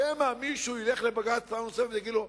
שמא מישהו ילך לבג"ץ פעם נוספת ויגיד לו: